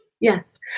Yes